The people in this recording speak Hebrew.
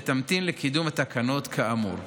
ותמתין לקידום התקנות כאמור.